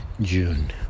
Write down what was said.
June